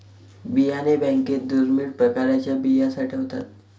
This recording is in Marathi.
बियाणे बँकेत दुर्मिळ प्रकारच्या बिया साठवतात